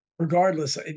Regardless